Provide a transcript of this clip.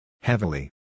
Heavily